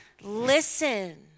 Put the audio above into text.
Listen